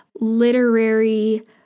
literary